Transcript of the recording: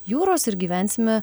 jūros ir gyvensime